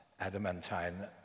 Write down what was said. Adamantine